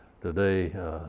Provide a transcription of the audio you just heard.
today